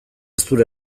zeure